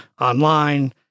online